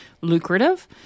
lucrative